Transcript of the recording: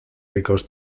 ricos